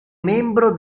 membro